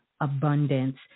abundance